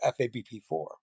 FABP4